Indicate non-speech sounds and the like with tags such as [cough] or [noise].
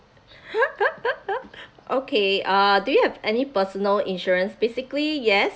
[laughs] okay uh do you have any personal insurance basically yes